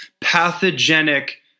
pathogenic